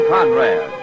Conrad